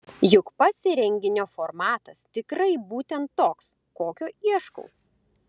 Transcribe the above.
juk pats įrenginio formatas tikrai būtent toks kokio ieškau